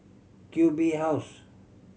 Q B House